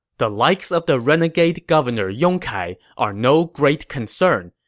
the likes of the renegade governor yong kai are no great concern.